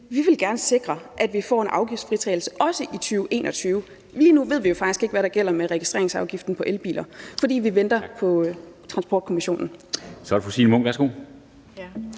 at vi gerne vil sikre, at vi får en afgiftsfritagelse, også i 2021. Lige nu ved vi jo faktisk ikke, hvad der gælder for registreringsafgiften på elbiler, fordi vi venter på transportkommissionen. Kl. 10:53 Formanden (Henrik